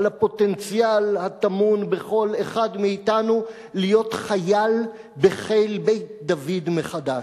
על הפוטנציאל הטמון בכל אחד מאתנו להיות חייל בחיל בית-דוד מחדש.